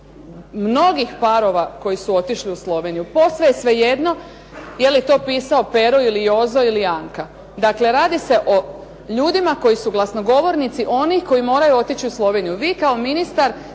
mnogih parova koji su otišli u Sloveniju. Posve je svejedno je li to pisao Pero ili Jozo ili Anka. Dakle, radi se o ljudima koji su glasnogovornici onih koji moraju otići u Sloveniju. Vi kao ministar